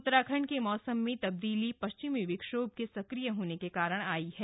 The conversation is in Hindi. उत्तराखंड के मौसम में तब्दीली पश्चिमी विक्षोभ के सक्रिय होने के कारण आई है